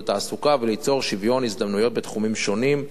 תעסוקה וליצור שוויון הזדמנויות בתחומים שונים,